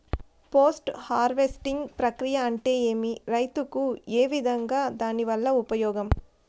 Post harvesting ప్రక్రియ అంటే ఏమి? రైతుకు ఏ విధంగా దాని వల్ల ఉపయోగం?